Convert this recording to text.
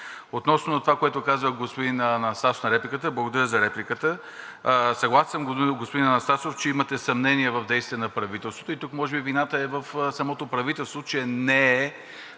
Относно това, което каза господин Анастасов, в репликата – благодаря за репликата, съгласен съм, господин Анастасов, че имате съмнения в действията на правителството. Тук може би вината е в самото правителство, че не е